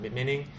Meaning